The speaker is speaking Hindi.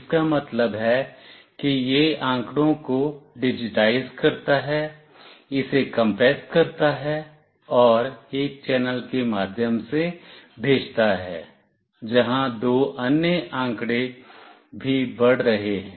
इसका मतलब है कि यह आंकड़ों को डिजिटाइज़ करता है इसे कंप्रेस करता है और एक चैनल के माध्यम से भेजता है जहां दो अन्य आंकड़े भी बढ़ रहे हैं